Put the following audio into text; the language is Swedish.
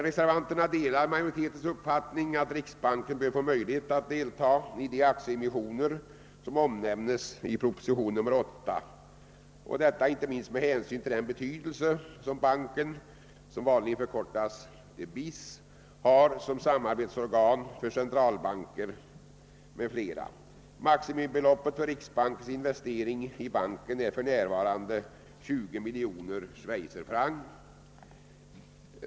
Reservanterna delar majoritetens uppfattning att riksbanken bör få möjlighet att delta i de aktieemissioner som nämns i propositionen 88, inte minst med hänsyn till den betydelse som BIS har som samarbetsorgan för centralbanker m.fl. Maximibeloppet för riksbankens investering i BIS är f.n. 20 miljoner schweizerfrancs.